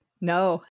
No